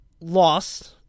lost